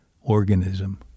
organism